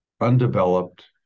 undeveloped